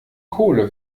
kohle